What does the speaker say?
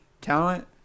talent